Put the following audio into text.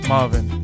Marvin